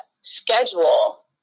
schedule